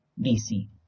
DC